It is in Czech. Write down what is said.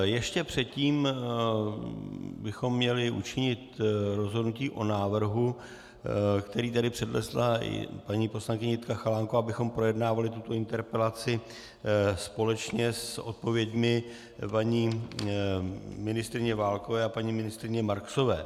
Ještě předtím bychom měli učinit rozhodnutí o návrhu, který tady přednesla paní poslankyně Jitka Chalánková, abychom projednávali tuto interpelaci společně s odpověďmi paní ministryně Válkové a paní ministryně Marksové.